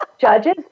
judges